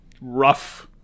rough